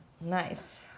Nice